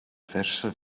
verse